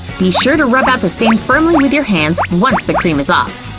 be sure to rub out the stain firmly with your hands once the cream is off.